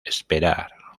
esperar